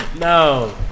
no